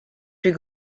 plus